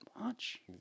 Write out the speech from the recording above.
watch